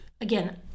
again